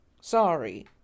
Sorry